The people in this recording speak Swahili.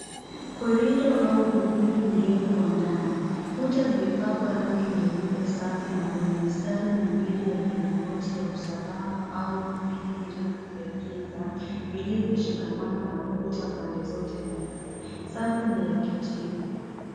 Korido au ukumbi mrefu wa ndani. Kuta zimepakwa rangi nyeupe safi na kuna mistari miwili ya milingoti ya usalama au vipini virefu vya giza, vilivyoshikamana na kuta pande zote mbili. Safu ni ya kijivu.